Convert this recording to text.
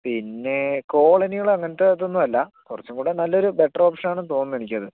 പിന്നേ കോളനികളും അങ്ങനത്തെ അതൊന്നും അല്ല കുറച്ചും കൂടി നല്ലൊരു ബെറ്റർ ഓപ്ഷനാണെന്ന് തോന്നുന്നു എനിക്കത്